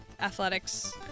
athletics